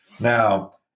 Now